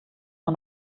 nur